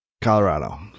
Colorado